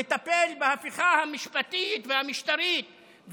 לטפל בהפיכה המשפטית והמשטרית,